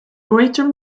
greater